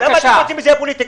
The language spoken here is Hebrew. למה אתם עושים מזה פוליטיקה,